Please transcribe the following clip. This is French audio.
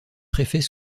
préfets